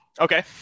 Okay